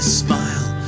smile